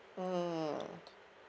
mmhmm